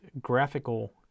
graphical